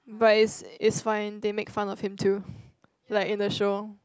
but it's it's fine they make fun of him too like in the show